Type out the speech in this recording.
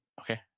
okay